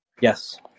Yes